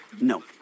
no